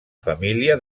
família